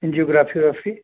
angiography ओराफ़ी